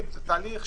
קיים.